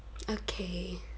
okay